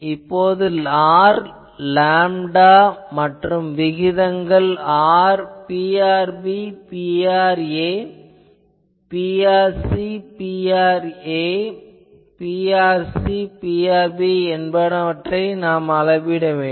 இப்போது R lambda மற்றும் இந்த விகிதங்கள் Prb Pra Prc Pra மற்றும் Prc Prb என்பனவற்றை அளவிட வேண்டும்